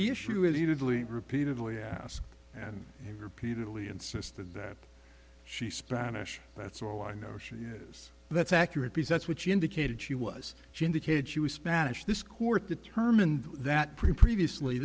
leak repeatedly asked and repeatedly insisted that she spanish that's all i know she is that's accurate because that's what she indicated she was she indicated she was spanish this court determined that previously